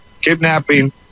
kidnapping